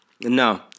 No